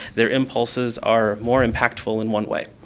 their impulses are more impactful in one way.